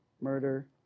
murder